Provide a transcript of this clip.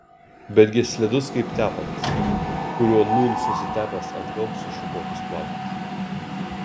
betgi slidus kaip tepalas kuriuo nūn susitepęs atgal sušukuotus plaukus